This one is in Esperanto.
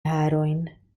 harojn